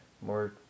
more